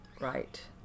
Right